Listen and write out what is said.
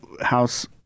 house